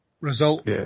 result